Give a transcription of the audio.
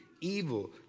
evil